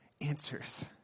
answers